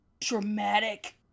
dramatic